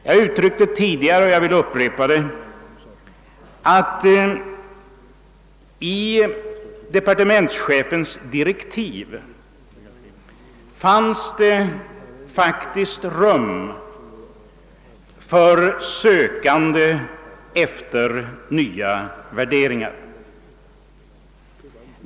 Jag yttrade tidigare — vilket jag vill upprepa att det i departementschefens direktiv faktiskt fanns rum för sökande efter nya värderingar.